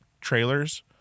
trailers